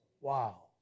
Wow